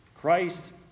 Christ